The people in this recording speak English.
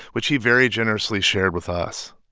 which he very generously shared with us.